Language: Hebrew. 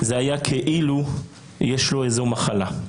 זה היה כאילו יש לו איזו מחלה.